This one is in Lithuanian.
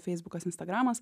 feisbukas instagramas